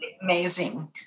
amazing